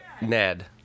Ned